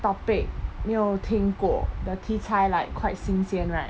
topic 没有听过 the 题材 like quite 新鲜 right